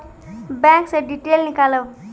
Bank से detail नीकालव?